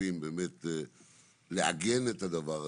נוספים לעגן את הדבר הזה.